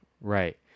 Right